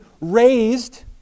raised